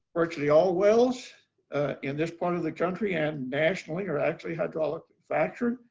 virtually all wells in this part of the country, and nationally, are actually hydraulic fracturing.